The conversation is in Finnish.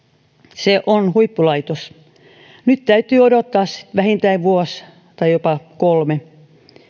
se on huippulaitos nyt täytyy odottaa vähintään vuosi tai jopa kolme